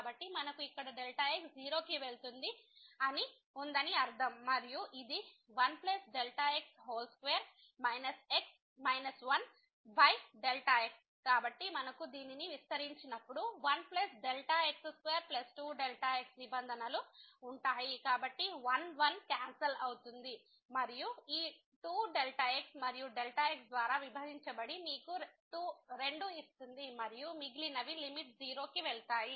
కాబట్టి మనకు ఇక్కడ x→0 ఉందని అర్థం మరియు ఇది 1Δx2 1x కాబట్టి మనము దీనిని విస్తరించినప్పుడు 1 x22 x నిబంధనలు ఉంటాయి కాబట్టి 1 1 క్యాన్సల్ అవుతుంది మరియు ఈ 2 x మరియు x ద్వారా విభజించబడి మీకు 2 ఇస్తుంది మరియు మిగిలినవి లిమిట్ 0 కి వెళ్తాయి